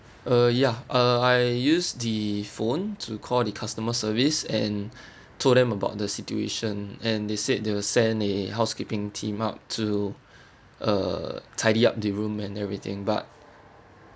uh ya uh I use the phone to call the customer service and told them about the situation and they said they will send a housekeeping team up to uh tidy up the room and everything but